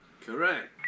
Correct